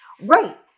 Right